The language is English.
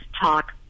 talk